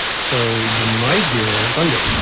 so you might hear thunder